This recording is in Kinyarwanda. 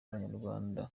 abanyarwanda